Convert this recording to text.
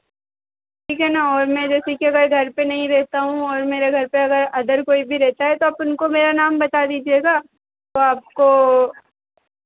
ठीक है ना और ना जैसे कि अगर घर पे नहीं रहता हूँ और मेरे घर पे अगर अदर कोई भी रहता है तो आप उनको मेरा नाम बता दीजिएगा तो आपको